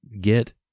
get